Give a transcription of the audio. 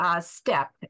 Step